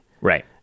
Right